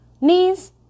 knees